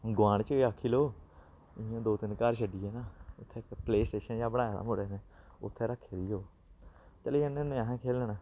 गोआंढ च गै आक्खी लैओ इ'यां दो तिन्न घर छड्ढियै ना उत्थै इक प्ले स्टेशन जेहा बनाए दा मुड़े ने उत्थै रक्खी दी ओह् चली जन्ने होन्ने असें खेलना